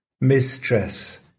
mistress